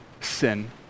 sin